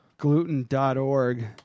Gluten.org